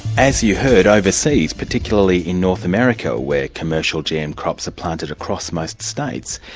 as you heard, overseas, particularly in north america where commercial gm crops are planted across most states,